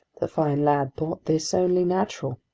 the fine lad thought this only natural!